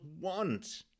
want